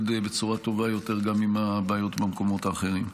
בצורה טובה יותר גם עם הבעיות במקומות האחרים.